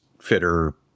fitter